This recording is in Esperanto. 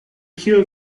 kio